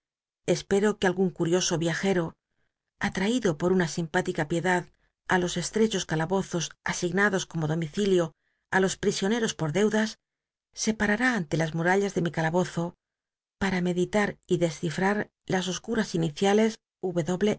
espero que algun curioso yiajcto atraído por una simp itica piedad á los estrechos calabozos asignados como domici lio á los prisioneros pot deudas se parará anlc las murallas de mi calabozo para meditar y descifrar las oscuras iniciales